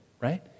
right